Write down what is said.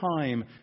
time